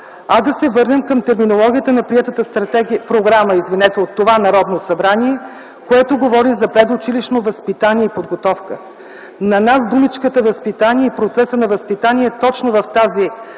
а да се върнем към терминологията на приетата програма от това Народно събрание, която говори за предучилищно възпитание и подготовка. На нас думичката „възпитание” и процеса на възпитание точно в тази